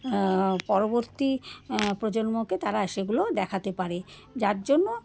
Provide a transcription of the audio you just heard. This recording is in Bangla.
পরবর্তী প্রজন্মকে তারা সেগুলো দেখাতে পারে যার জন্য